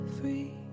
free